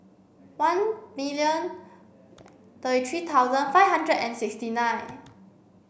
ten million thirty three thousand five hundred and sixty nine